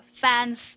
fans